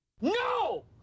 No